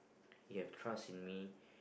he have trust in me